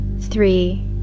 three